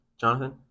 Jonathan